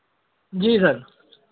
जी sir